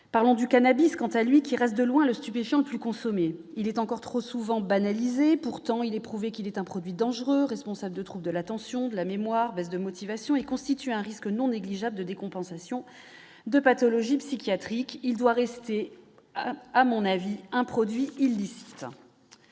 parlant du cannabis, quant à lui, qui reste de loin le stupéfiant plus consommer, il est encore trop souvent banalisés, pourtant il est prouvé qu'il est un produit dangereux, responsable de troupes de l'attention de la mémoire baisse de motivation et constitue un risque non négligeable de décompensation de pathologies psychiatriques, il doit rester à mon avis un produit illicite,